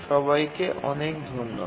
সবাইকে অনেক ধন্যবাদ